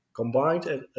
combined